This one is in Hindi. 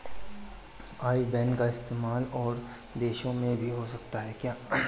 आई बैन का इस्तेमाल और देशों में भी हो सकता है क्या?